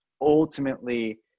ultimately